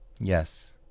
Yes